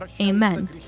Amen